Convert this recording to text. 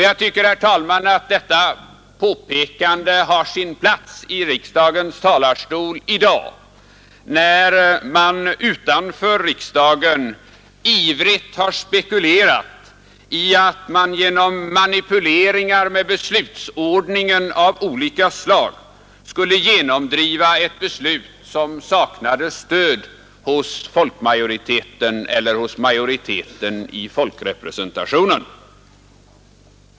Jag tycker, herr talman, att det är på sin plats att göra detta påpekande från riksdagens talarstol i dag, när man utanför riksdagen ivrigt har spekulerat i att regeringspartiet genom manipulationer av olika slag med beslutsordningen skulle genomdriva ett beslut som saknar stöd hos folkmajoriteten eller hos majoriteten i folkrepresentationen.